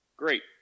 great